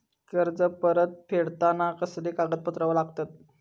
कर्ज परत फेडताना कसले कागदपत्र लागतत?